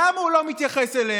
למה הוא לא מתייחס אליהן?